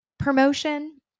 promotion